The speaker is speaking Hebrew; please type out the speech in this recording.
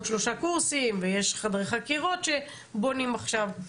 שלושה קורסים ויש חדרי חקירות שבונים עכשיו,